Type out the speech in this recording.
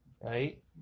right